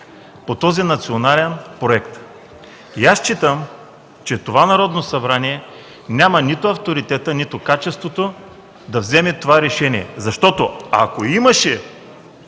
по този национален проект. Аз считам, че това Народно събрание няма нито авторитета, нито качеството да вземе това решение. Ако имаше